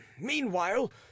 meanwhile